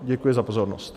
Děkuji za pozornost.